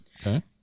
Okay